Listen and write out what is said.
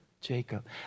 Jacob